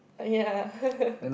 ya